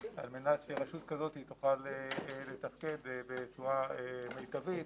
על מנת שרשות כזאת תוכל לתפקד בצורה מיטבית,